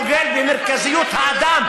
אני דוגל במרכזיות האדם,